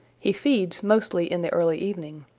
he feeds mostly in the early evening.